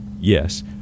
Yes